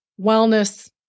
wellness